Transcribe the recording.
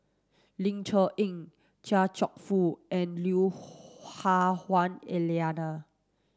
Ling Cher Eng Chia Cheong Fook and Lui Hah Wah Elena